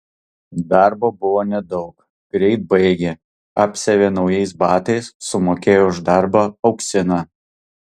darbo buvo nedaug greit baigė apsiavė naujais batais sumokėjo už darbą auksiną